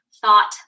thought